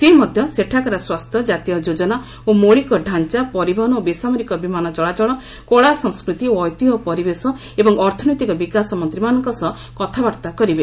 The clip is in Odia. ସେ ମଧ୍ୟ ସେଠାକାର ସ୍ୱାସ୍ଥ୍ୟ ଜାତୀୟ ଯୋଜନା ଓ ମୌଳିକ ଡାଞ୍ଚା ପରିବହନ ଓ ବେସାମରିକ ବିମାନ ଚଳାଚଳ କଳା ସଂସ୍କୃତି ଓ ଐତିହ୍ୟ ପରିବେଶ ଏବଂ ଅର୍ଥନୈତିକ ବିକାଶ ମନ୍ତ୍ରୀମାନଙ୍କ ସହ କଥାବାର୍ତ୍ତା କରିବେ